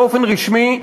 באופן רשמי,